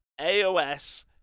AOS